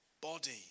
body